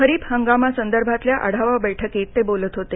खरीप हंगामासंदर्भातल्या आढावा बैठकीत ते बोलत होते